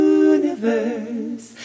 universe